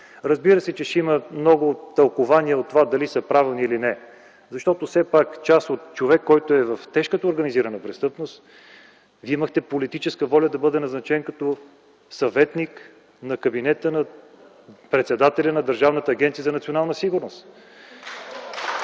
Разбира се, че ще има много тълкувания по това дали са правилни или не, защото все пак човек, който е в тежката организирана престъпност, Вие имахте политическа воля да бъде назначен като съветник на кабинета на председателя на Държавната агенция „Национална сигурност”.